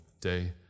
day